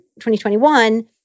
2021